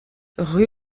rue